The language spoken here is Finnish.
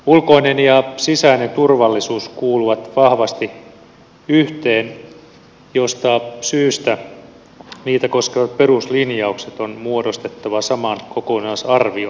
ulkoinen ja sisäinen turvallisuus kuuluvat vahvasti yhteen josta syystä niitä koskevat peruslinjaukset on muodostettava saman kokonaisarvion pohjalta